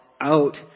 out